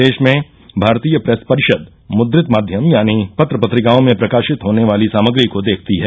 देश में भारतीय प्रेस परिषद मुद्रित माध्यम यानी पत्र पत्रिकाओं में प्रकाशित होने वाली सामग्री को देखती है